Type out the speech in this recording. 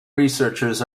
researchers